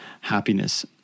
happiness